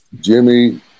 Jimmy